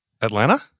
Atlanta